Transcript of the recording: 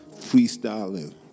freestyling